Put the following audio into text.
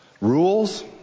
rules